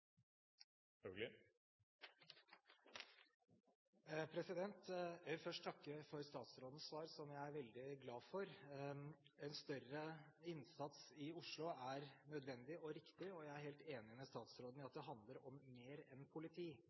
veldig glad for. En større innsats i Oslo er nødvendig og riktig, og jeg er helt enig med statsråden i at det handler om mer enn politi,